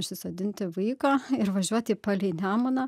užsisodinti vaiką ir važiuoti palei nemuną